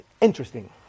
interesting